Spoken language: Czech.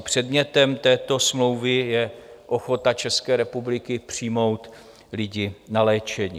Předmětem této smlouvy je ochota České republiky přijmout lidi na léčení.